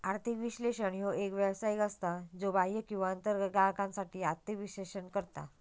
आर्थिक विश्लेषक ह्यो एक व्यावसायिक असता, ज्यो बाह्य किंवा अंतर्गत ग्राहकांसाठी आर्थिक विश्लेषण करता